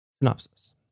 Synopsis